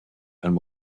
and